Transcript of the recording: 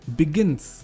begins